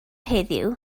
heddiw